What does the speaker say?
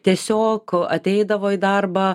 tiesiog ateidavo į darbą